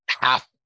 half